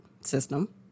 system